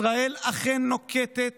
ישראל אכן נוקטת